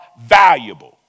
valuable